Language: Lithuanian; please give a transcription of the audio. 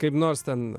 kaip nors ten